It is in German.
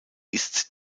ist